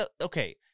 okay